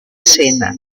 sena